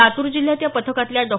लातूर जिल्ह्यात या पथकातल्या डॉ